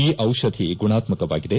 ಈ ಔಷಧಿ ಗುಣಾತ್ಮಕವಾಗಿದೆ